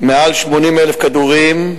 מעל 80,000 כדורים,